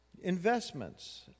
Investments